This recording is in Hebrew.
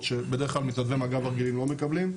שבדרך כלל מתנדבי מג"ב הרגילים לא מקבלים,